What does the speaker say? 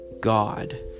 God